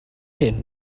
hyn